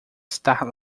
estar